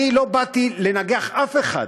לא באתי לנגח אף אחד,